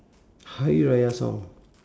hari-raya song